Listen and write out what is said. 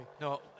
No